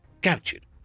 Captured